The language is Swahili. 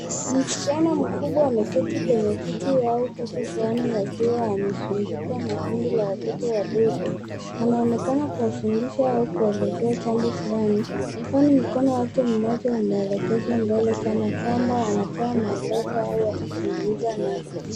Msichana mkubwa ameketi kwenye kiti au kitu fulani akiwa amezungukwa na kundi la watoto wadogo. Anaonekana kuwafundisha au kuwaelezea jambo fulani kwani mkono mmoja unaelekezwa mbele kana kwamba anatoa maelekezo au anazungumza nao.